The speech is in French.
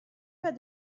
pas